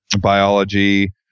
biology